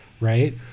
right